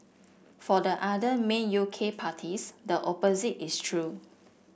for the other main U K parties the opposite is true